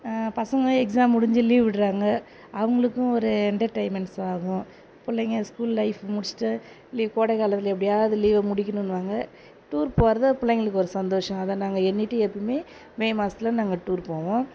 பசங்களும் எக்ஸாம் முடிஞ்சு லீவ் விடுகிறாங்க அவர்களுக்கும் ஒரு என்டர்டைமெண்ட்ஸா ஆகும் பிள்ளைங்க ஸ்கூல் லைஃப் முடிச்சுட்டு லீவ் கோடை காலத்தில் எப்படியாவது லீவ் முடிக்கணுன்னுவாங்க டூர் போவது பிள்ளைங்களுக்கு ஒரு சந்தோஷம் அதை நாங்கள் எண்ணிட்டு எப்போவுமே மே மாதத்துல நாங்கள் டூர் போவோம்